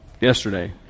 yesterday